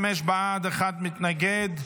25 בעד, אחד מתנגד,